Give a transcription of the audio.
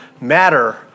matter